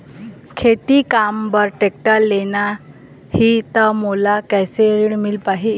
खेती काम बर टेक्टर लेना ही त मोला कैसे ऋण मिल पाही?